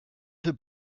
für